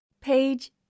Page